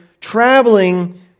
traveling